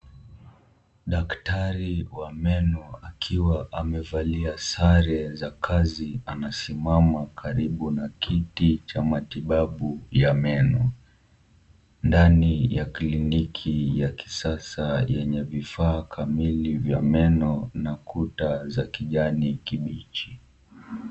Daktari wa meno, akiwa amevalia sare za kazi, anasimama karibu na kiti cha matibabu ya meno. Ndani ya kliniki ya kisasa yenye vifaa kamili vya meno na kuta za kijani kibichi.